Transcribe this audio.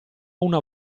una